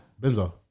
Benzo